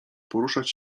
poruszać